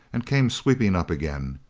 and came sweeping up again.